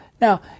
Now